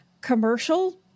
commercial